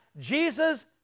Jesus